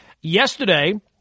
Yesterday